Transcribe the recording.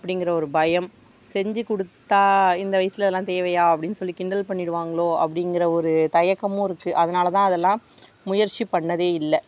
அப்படிங்கற ஒரு பயம் செஞ்சு கொடுத்தா இந்த வயசில் இதெலாம் தேவையா அப்படின் சொல்லி கிண்டல் பண்ணிவிடுவாங்ளோ அப்படிங்கற ஒரு தயக்கமும் இருக்கு அதனாலதான் அதெலாம் முயற்சி பண்ணதே இல்லை